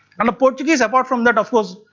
and the portuguese apart from that of course,